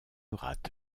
rate